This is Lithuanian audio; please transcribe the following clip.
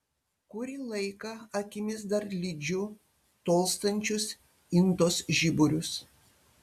kurį laiką akimis dar lydžiu tolstančius intos žiburius